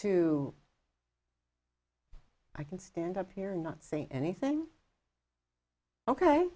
to i can stand up here and not say anything ok